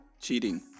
Cheating